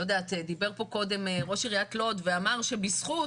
דיבר פה קודם ראש עיריית לוד ואמר, שבזכות